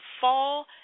fall